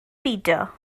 beidio